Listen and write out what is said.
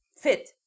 fit